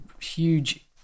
huge